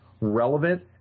relevant